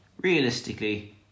realistically